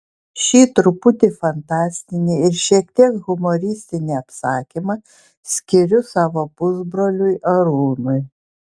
šį truputį fantastinį ir šiek tiek humoristinį apsakymą skiriu savo pusbroliui arūnui